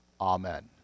Amen